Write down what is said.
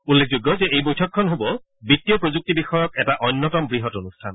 উল্লেখযোগ্য যে এই বৈঠকখন হ'ব বিত্তীয় প্ৰযুক্তি বিষয়ক এটা অন্যতম বৃহৎ অনুষ্ঠান